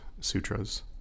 sutras